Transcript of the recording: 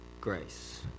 Grace